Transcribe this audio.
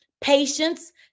patience